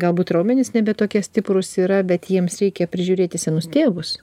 galbūt raumenys nebe tokie stiprūs yra bet jiems reikia prižiūrėti senus tėvus